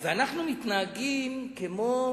ואנחנו מתנהגים כמו